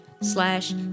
slash